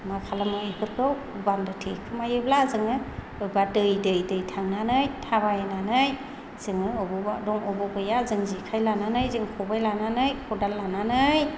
मा खालामो बेफोरखौ बान्दो थेखोमायोब्ला जोङो बबेबा दै दै थांनानै थाबायनानै जोङो बबावबा दं बबाव गैया जों जेखाइ लानानै जों खबाइ लानानै खदाल लानानै